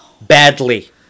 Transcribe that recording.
Badly